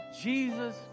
Jesus